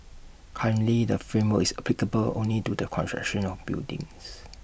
currently the framework is applicable only to the construction of buildings